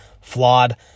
flawed